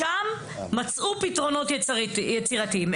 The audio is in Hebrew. שם מצאו פתרונות יצירתיים.